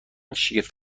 شگفت